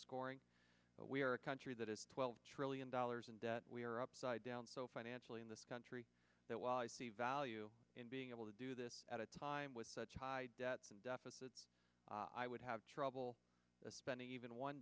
scoring we are a country that is twelve trillion dollars in debt we are upside down so financially in this country that while i see value in being able to do this at a time with such high debt and deficit i would have trouble spending even one